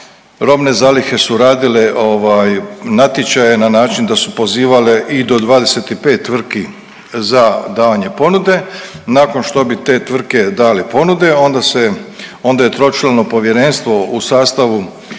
robne zalihe su radile ovaj natječaje na način da su pozivale i do 25 tvrtki za davanje ponude, nakon što bi te tvrtke dale ponude onda se, onda je tročlano povjerenstvo u sastavu